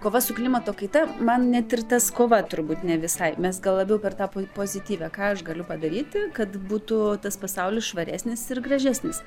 kova su klimato kaita man net ir tas kova turbūt ne visai mes gal labiau per tą po pozityvią ką aš galiu padaryti kad būtų tas pasaulis švaresnis ir gražesnis